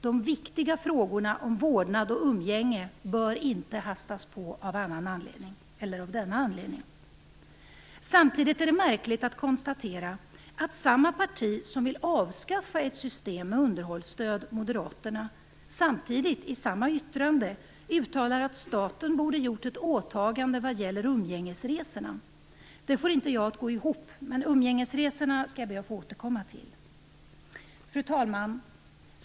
De viktiga frågorna om vårdnad och umgänge bör inte hastas på av denna anledning. Samtidigt känns det märkligt att konstatera att samma parti som vill avskaffa ett system med underhållsstöd - moderaterna - samtidigt, i samma yttrande, uttalar att staten borde gjort ett åtagande vad gäller umgängesresorna. Det får jag inte att gå ihop, men umgängesresorna skall jag be att få återkomma till. Fru talman!